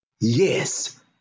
Yes